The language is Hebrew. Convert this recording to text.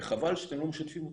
וחבל שאתם לא משתפים אותנו.